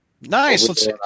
Nice